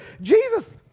Jesus